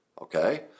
okay